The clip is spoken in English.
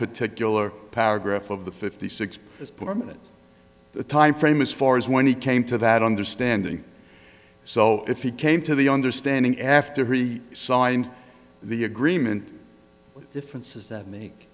particular paragraph of the fifty six is permanent the time frame as far as when he came to that understanding so if he came to the understanding after he signed the agreement difference is that m